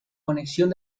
conexión